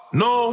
no